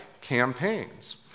campaigns